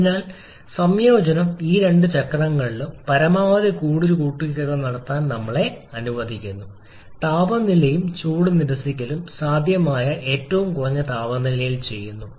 അതിനാൽ സംയോജനം ഈ രണ്ട് ചക്രങ്ങളും പരമാവധി ചൂട് കൂട്ടിച്ചേർക്കൽ നടത്താൻ ഞങ്ങളെ അനുവദിക്കുന്നു താപനിലയും ചൂട് നിരസിക്കലും സാധ്യമായ ഏറ്റവും കുറഞ്ഞ താപനിലയിൽ ചെയ്യുന്നു